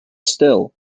still